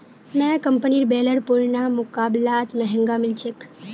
नया कंपनीर बेलर पुरना मुकाबलात महंगा मिल छेक